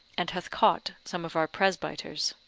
and hath caught some of our presbyters.